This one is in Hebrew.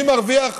מי מרוויח?